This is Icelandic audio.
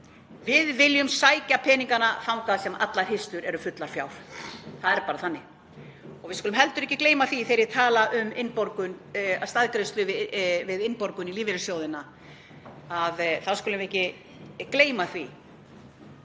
Við viljum sækja peningana þangað sem allar hirslur eru fullar fjár. Það er bara þannig. Við skulum heldur ekki gleyma því, þegar ég tala um staðgreiðslu við innborgun í lífeyrissjóðina, að það eru ótrúlega